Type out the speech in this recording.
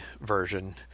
version